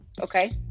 Okay